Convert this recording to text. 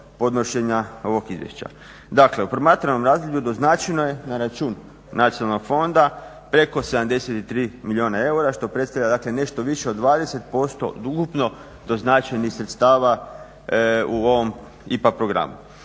podnošenja ovog izvješća. Dakle, u promatranom razdoblju doznačeno je na račun nacionalnog fonda preko 73 milijuna eura što predstavlja dakle nešto više od 20% od ukupno doznačenih sredstava u ovom IPA programu.